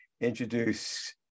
introduce